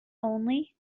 only